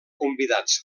convidats